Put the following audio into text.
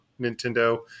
Nintendo